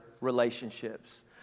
relationships